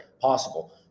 possible